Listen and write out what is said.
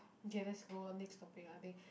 okay let's go on next topic lah i think